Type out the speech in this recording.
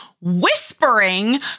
whispering